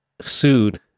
sued